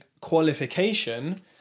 qualification